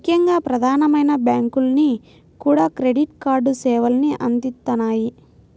ముఖ్యంగా ప్రధానమైన బ్యాంకులన్నీ కూడా క్రెడిట్ కార్డు సేవల్ని అందిత్తన్నాయి